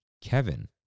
Kevin